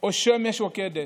או בשמש יוקדת,